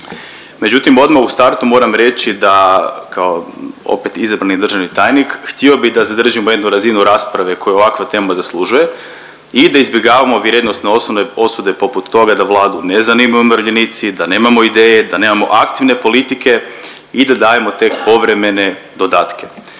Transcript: Međutim, odmah u startu moram reći da kao opet izabrani državni tajnik htio bih da zadržimo jednu razinu rasprave koju ovakva tema zaslužuje i da izbjegavamo vrijednosne osude poput toga da Vladu ne zanimaju umirovljenici, da nemamo ideje, da nemamo aktivne politike i da dajemo tek povremene dodatke.